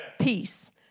peace